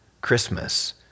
Christmas